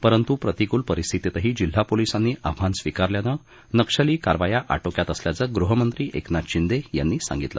परंतु प्रतिकूल परिस्थितीतही जिल्हा पोलिसांनी आव्हान स्वीकारल्यानं नक्षली कारवाया आटोक्यात असल्याचं गृहमंत्री एकनाथ शिंदे यांनी सांगितलं